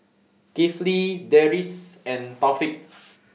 Kifli Deris and Taufik